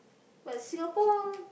but Singapore